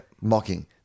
mocking